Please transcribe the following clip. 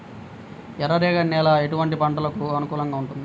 ఎర్ర రేగడి నేల ఎటువంటి పంటలకు అనుకూలంగా ఉంటుంది?